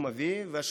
והשינויים האלה,